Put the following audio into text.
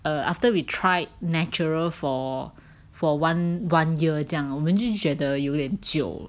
err after we tried natural for for one one year 这样我们就觉得有点久